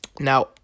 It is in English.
now